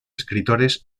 escritores